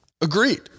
Agreed